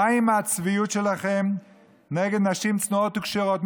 די עם הצביעות שלכם נגד נשים צנועות וכשרות.